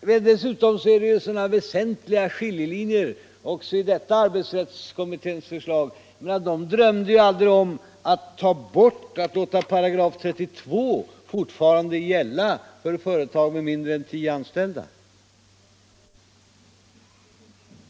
Men dessutom finns det ju sådana väsentliga skiljelinjer också i detta arbetsrättskommitténs förslag. De drömde aldrig om att fortfarande låta § 32 gälla för företag med mindre än tio anställda.